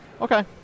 Okay